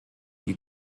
die